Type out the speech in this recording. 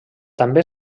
també